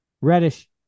Reddish